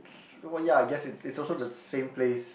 s~ so ya I guess it's it's also the same place